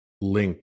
link